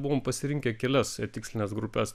buvom pasirinkę kelias tikslines grupes